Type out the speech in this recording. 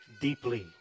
deeply